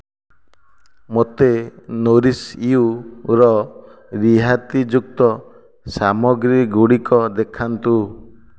ମୋତେ nourish your ରିହାତିଯୁକ୍ତ ସାମଗ୍ରୀ ଗୁଡ଼ିକ ଦେଖାନ୍ତୁ